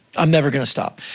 i'm never gonna stop.